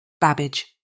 Babbage